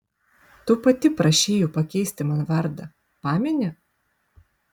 tu pati prašei jų pakeisti man vardą pameni